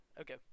Okay